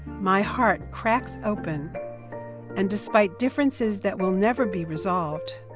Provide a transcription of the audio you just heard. my heart cracks open and despite differences that will never be resolved,